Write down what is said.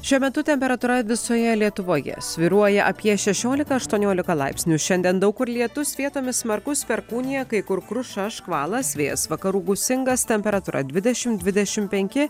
šiuo metu temperatūra visoje lietuvoje svyruoja apie šešiolika aštuoniolika laipsnių šiandien daug kur lietus vietomis smarkus perkūnija kai kur kruša škvalas vėjas vakarų gūsingas temperatūra dvidešim dvidešim penki